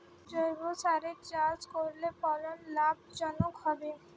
জৈবসারে চাষ করলে ফলন লাভজনক হবে?